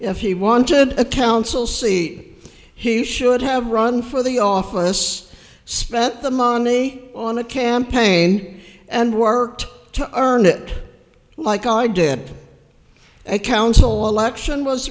if he wanted a council seat he should have run for the office spent the money on a campaign and worked to earn it like i did a council election was